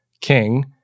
king